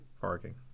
Parking